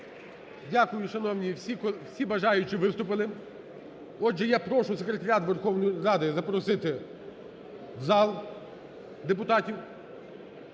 Дякую, шановні. Всі бажаючі виступили. Отже, я прошу Секретаріат Верховної Ради запросити в зал депутатів.